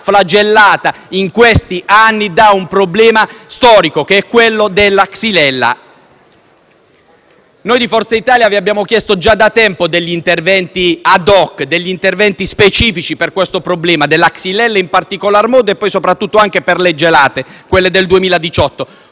flagellata negli ultimi anni da un problema storico che è quello della xylella*.* Noi di Forza Italia vi abbiamo chiesto già da tempo degli interventi *ad hoc*, degli interventi specifici per il problema della xylella in particolar modo e poi soprattutto per le gelate del 2018.